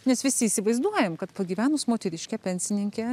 nes visi įsivaizduojam kad pagyvenus moteriškė pensininkė